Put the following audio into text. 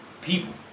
people